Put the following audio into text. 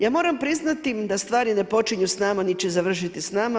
Ja moram priznati da stvari ne počinju s nama, nit će završiti s nama.